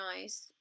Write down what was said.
nice